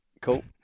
Cool